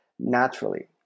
naturally